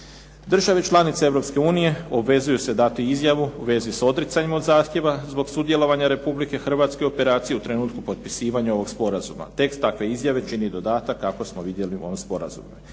Države članice Europske unije obvezuju se dati izjavu u svezi s odricanjem od zahtjeva zbog sudjelovanja Republike Hrvatske u operaciji u trenutku potpisivanju ovoga Sporazuma. Tekst takve izjave čini dodatak kako smo vidjeli u ovim sporazumima.